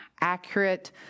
accurate